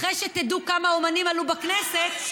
אחרי שתדעו כמה האומנים עלו בכנסת,